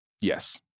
yes